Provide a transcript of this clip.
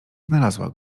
znalazła